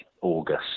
August